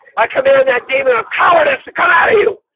i come in that demon of colonists to come out of you you